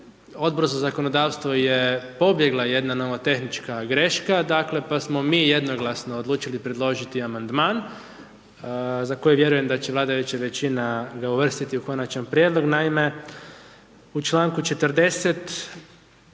odbor za zakonodavstvo je pobjegla jedna nomo tehnička greška, pa smo mi jednoglasno odlučili predložiti amandman, za koje vjerujem da će vladajuća većina uvrstiti u konačni prijedlog.